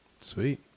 Sweet